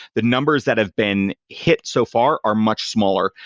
the numbers that have been hit so far are much smaller,